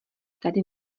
tady